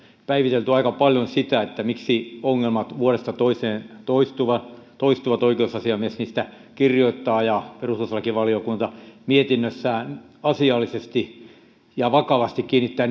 päivitelty aika paljon sitä miksi ongelmat vuodesta toiseen toistuvat toistuvat oikeusasiamies niistä kirjoittaa ja perustuslakivaliokunta mietinnöissään asiallisesti ja vakavasti kiinnittää